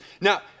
now